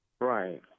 Right